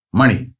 money